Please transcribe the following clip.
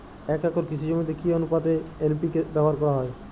এক একর কৃষি জমিতে কি আনুপাতে এন.পি.কে ব্যবহার করা হয়?